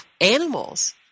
animals